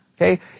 Okay